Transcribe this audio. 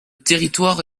territoire